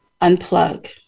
unplug